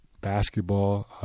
basketball